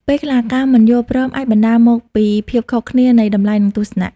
ពេលខ្លះ ការមិនយល់ព្រមអាចបណ្តាលមកពីភាពខុសគ្នានៃតម្លៃ ឬទស្សនៈ។